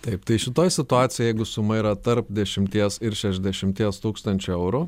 taip tai šitoj situacijoj jeigu suma yra tarp dešimties ir šešdešimties tūkstančių eurų